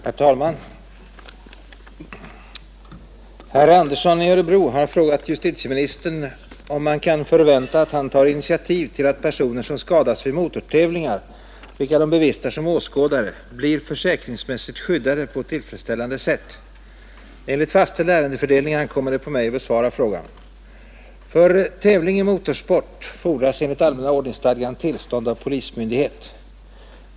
Herr talman! Herr Andersson i Örebro har frågat justitieministern om man kan förvänta att han tar initiativ till att personer som skadas vid motortävlingar vilka de bevistar som åskådare blir försäkringsmässigt skyddade på tillfredsställande sätt. Enligt fastställd ärendefördelning ankommer det på mig att besvara frågan. För tävling i motorsport fordras enligt allmänna ordningsstadgan tillstånd av polismyndighet.